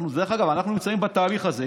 דרך אגב, אנחנו נמצאים בתהליך הזה.